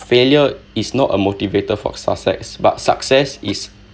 failure is not a motivator for success but success is